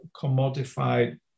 commodified